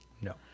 No